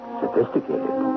sophisticated